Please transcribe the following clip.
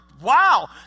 wow